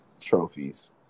trophies